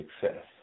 success